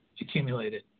Accumulated